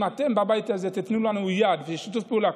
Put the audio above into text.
אם אתם בבית הזה תיתנו לנו יד ושיתוף פעולה,